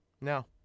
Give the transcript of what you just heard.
No